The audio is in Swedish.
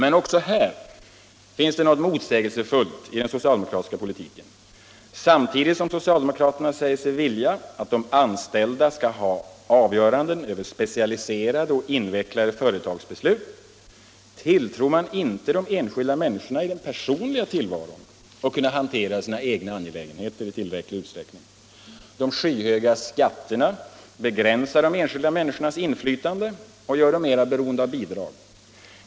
Också här finns det något motsägelsefullt i den socialdemokratiska politiken. Samtidigt som socialdemokraterna säger sig vilja att de anställda skall ha avgörandet över specialiserade och invecklade företagsbeslut tilltror de inte de enskilda människorna att i den personliga tillvaron kunna hantera sina egna angelägenheter i tillräcklig utsträckning. De skyhöga skatterna begränsar de enskilda människornas inflytande och gör dem mera beroende av bidrag.